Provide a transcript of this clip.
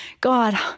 God